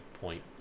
point